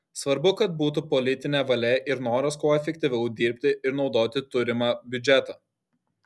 svarbu kad būtų politinė valia ir noras kuo efektyviau dirbti ir naudoti turimą biudžetą